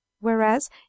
whereas